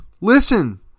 listen